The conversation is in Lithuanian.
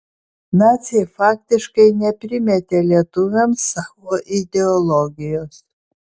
naciai faktiškai neprimetė lietuviams savo ideologijos